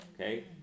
okay